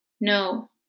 No